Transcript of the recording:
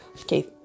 Okay